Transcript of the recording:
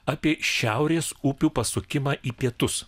apie šiaurės upių pasukimą į pietus